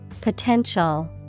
Potential